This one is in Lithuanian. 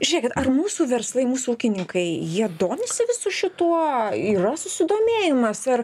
žiūrėkit ar mūsų verslai mūsų ūkininkai jie domisi visu šituo yra susidomėjimas ar